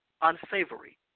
unsavory